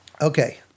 Okay